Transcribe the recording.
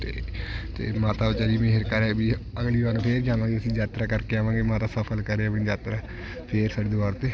ਅਤੇ ਅਤੇ ਮਾਤਾ ਜੀ ਮਿਹਰ ਕਰ ਵੀ ਅਗਲੀ ਵਾਰ ਫਿਰ ਜਾਵਾਂਗੇ ਅਸੀਂ ਯਾਤਰਾ ਕਰਕੇ ਆਵਾਂਗੇ ਮਾਤਾ ਸਫਲ ਕਰੇ ਆਪਣੀ ਯਾਤਰਾ ਫੇਰ ਸਾਡੇ ਵਾਰ 'ਤੇ